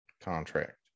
contract